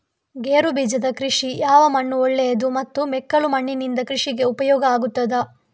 ಗೇರುಬೀಜದ ಕೃಷಿಗೆ ಯಾವ ಮಣ್ಣು ಒಳ್ಳೆಯದು ಮತ್ತು ಮೆಕ್ಕಲು ಮಣ್ಣಿನಿಂದ ಕೃಷಿಗೆ ಉಪಯೋಗ ಆಗುತ್ತದಾ?